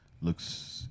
looks